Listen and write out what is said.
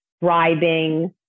bribing